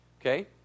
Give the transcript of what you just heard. Okay